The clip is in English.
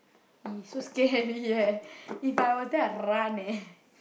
!ee! so scary eh If I were there I run eh